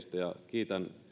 kiitän